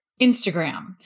Instagram